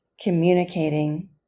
communicating